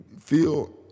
feel